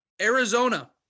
Arizona